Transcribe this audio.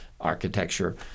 architecture